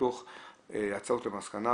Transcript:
הצעות למסקנה,